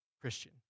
Christian